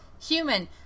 human